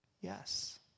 Yes